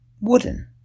wooden